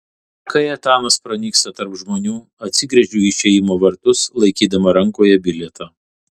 kai etanas pranyksta tarp žmonių atsigręžiu į išėjimo vartus laikydama rankoje bilietą